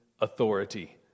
authority